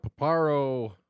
paparo